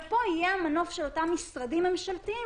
ופה יהיה המנוף של אותם משרדים ממשלתיים